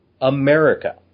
America